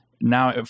Now